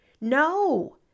No